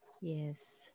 Yes